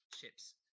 chips